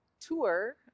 tour